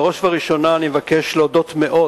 בראש ובראשונה אני רוצה להודות מאוד